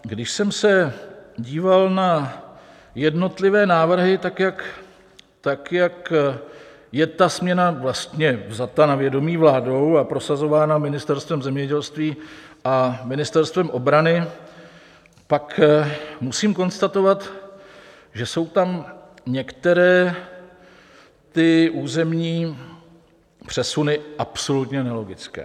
Když jsem se díval na jednotlivé návrhy, jak je ta směna vlastně vzata na vědomí vládou a prosazována Ministerstvem zemědělství a Ministerstvem obrany, pak musím konstatovat, že jsou tam některé územní přesuny absolutně nelogické.